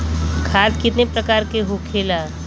खाद कितने प्रकार के होखेला?